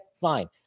fine